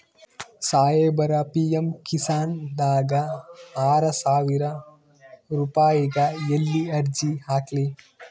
ಸಾಹೇಬರ, ಪಿ.ಎಮ್ ಕಿಸಾನ್ ದಾಗ ಆರಸಾವಿರ ರುಪಾಯಿಗ ಎಲ್ಲಿ ಅರ್ಜಿ ಹಾಕ್ಲಿ?